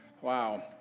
Wow